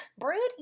brood